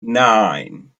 nine